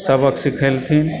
सबक सिखेलथिन